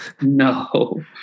no